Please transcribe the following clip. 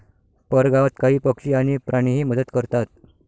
परगावात काही पक्षी आणि प्राणीही मदत करतात